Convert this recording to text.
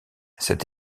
cette